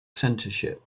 censorship